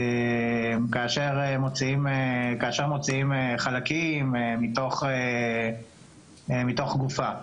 כאשר מוציאים חלקים מתוך גופה.